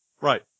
Right